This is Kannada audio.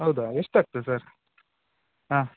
ಹೌದಾ ಎಷ್ಟು ಆಗ್ತದೆ ಸರ್ ಹಾಂ